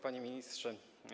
Panie Ministrze!